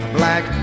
black